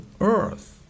earth